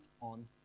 on